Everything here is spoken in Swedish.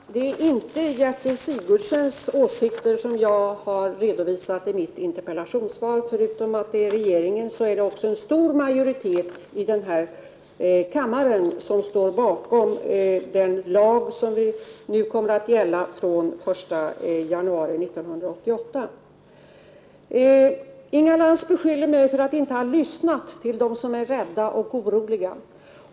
Herr talman! Det är inte Gertrud Sigurdsens åsikter som jag har redovisat i mitt interpellationssvar. Det är regeringens åsikter, och det är också en stor majoritet här i kammaren som står bakom den lag som kommer att gälla från den 1 januari 1988. Inga Lantz beskyller mig för att inte ha lyssnat till dem som är rädda och oroliga.